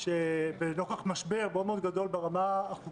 נוכח משבר מאוד גדול ברמה החוקתית